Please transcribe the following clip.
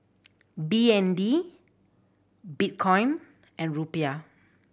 B N D Bitcoin and Rupiah